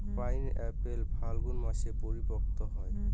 pineapple ফাল্গুন মাসে পরিপক্ব হয়